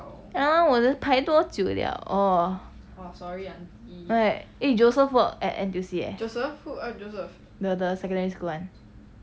ya lor 我的排多久 liao like eh joseph work at N_T_U_C leh the the secondary school [one]